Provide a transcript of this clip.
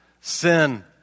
sin